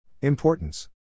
Importance